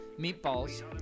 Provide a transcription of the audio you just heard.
meatballs